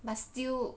but still